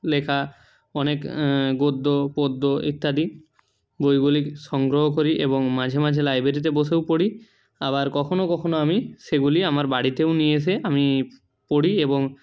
লেখা অনেক গদ্য পদ্য ইত্যাদি বইগুলি সংগ্রহ করি এবং মাঝে মাঝে লাইবেরিতে বসেও পড়ি আবার কখনও কখনও আমি সেগুলি আমার বাড়িতেও নিয়ে এসে আমি পড়ি এবং